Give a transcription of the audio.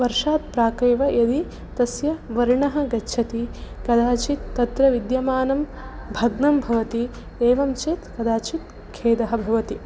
वर्षात् प्राक् एव यदि तस्य वर्णः गच्छति कदाचित् तत्र विद्यमानं भग्नं भवति एवं चेत् कदाचित् खेदः भवति